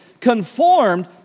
conformed